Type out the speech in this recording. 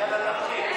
יאללה, תתחיל.